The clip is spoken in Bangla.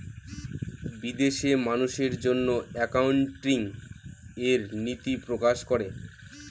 বিদেশে মানুষের জন্য একাউন্টিং এর নীতি প্রকাশ করে